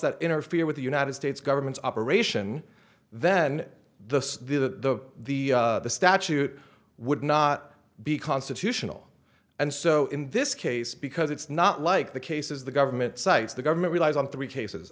that interfere with the united states government's operation then the statute would not be constitutional and so in this case because it's not like the cases the government cites the government relies on three cases